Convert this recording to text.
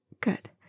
Good